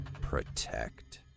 Protect